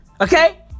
Okay